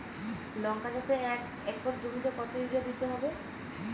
লংকা চাষে এক একর জমিতে কতো ইউরিয়া দিতে হবে?